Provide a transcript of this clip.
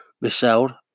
Michelle